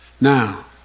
Now